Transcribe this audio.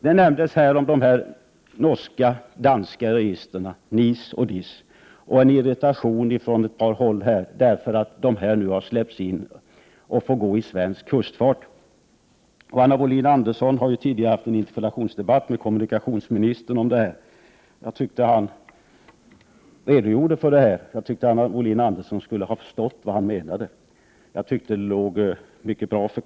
De norska och danska registren, NIS och DIS, har nämnts. Det finns en irritation från ett par håll därför att fartyg registrerade i dessa register nu har släppts in och får gå i svensk kustfart. Anna Wohlin-Andersson har tidigare haft en interpellationsdebatt med kommunikationsministern om denna fråga. Han redogjorde för sammanhanget. Jag tycker att Anna Wohlin Andersson borde ha förstått vad han menade. Förklaringen var mycket bra.